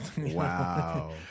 Wow